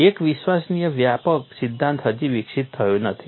એક વિશ્વસનીય વ્યાપક સિદ્ધાંત હજી વિકસિત થયો નથી